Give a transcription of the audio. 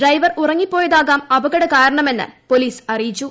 driver ഉറങ്ങിപ്പോയതാകാം അപകട കാരണമെന്ന് പോലീസ് അറിയിച്ചു